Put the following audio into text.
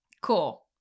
Cool